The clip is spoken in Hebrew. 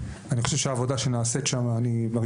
אני חושב שהעבודה שנעשית שם,